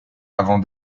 avant